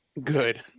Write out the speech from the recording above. Good